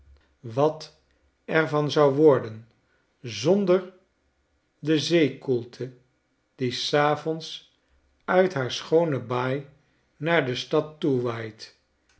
wat er van zou worden zonder de zeekoelte die s avonds uit haar schoone baai naar de stad toewaait